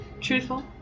truthful